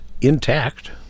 intact